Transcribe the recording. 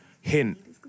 Hint